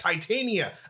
Titania